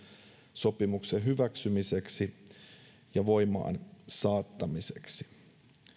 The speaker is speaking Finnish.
sopimuksen hyväksymiseksi ja voimaansaattamiseksi